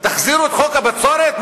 תחזירו את חוק הבצורת?